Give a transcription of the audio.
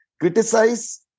criticize